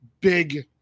big